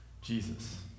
Jesus